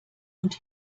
und